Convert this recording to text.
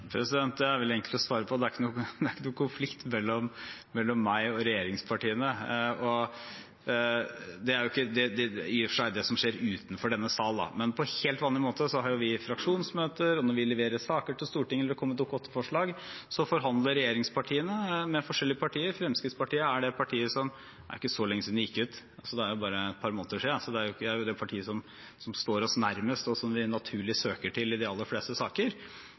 å svare på. Det er ikke noen konflikt mellom meg og regjeringspartiene. Det er i og for seg det som skjer utenfor denne sal, men på helt vanlig måte har vi fraksjonsmøter, og når vi leverer saker til Stortinget eller det kommer et Dokument 8-forslag, forhandler regjeringspartiene med forskjellige partier. Det er ikke så lenge siden Fremskrittspartiet gikk ut, det er bare et par måneder siden, så det er det partiet som står oss nærmest, og som vi naturlig søker til i de alle fleste saker.